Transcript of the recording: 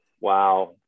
Wow